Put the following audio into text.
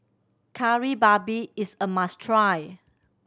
Kari Babi is a must try